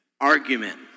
argument